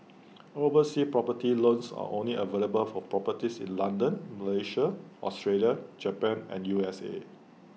overseas property loans are only available for properties in London Malaysia Australia Japan and U S A